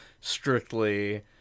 strictly